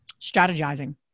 strategizing